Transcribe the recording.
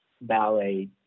ballet